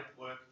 work